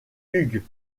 hughes